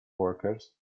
workers